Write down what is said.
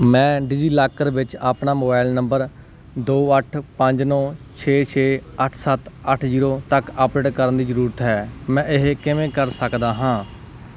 ਮੈਂ ਡਿਜੀਲਾਕਰ ਵਿੱਚ ਆਪਣਾ ਮੋਬਾਈਲ ਨੰਬਰ ਦੋ ਅੱਠ ਪੰਜ ਨੌਂ ਛੇ ਛੇ ਅੱਠ ਸੱਤ ਅੱਠ ਜ਼ੀਰੋ ਤੱਕ ਅੱਪਡੇਟ ਕਰਨ ਦੀ ਜ਼ਰੂਰਤ ਹੈ ਮੈਂ ਇਹ ਕਿਵੇਂ ਕਰ ਸਕਦਾ ਹਾਂ